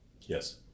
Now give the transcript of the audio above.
Yes